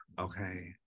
okay